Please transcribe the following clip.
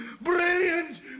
Brilliant